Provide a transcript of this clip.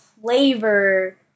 flavor